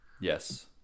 Yes